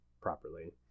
properly